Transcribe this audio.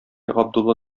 габдулла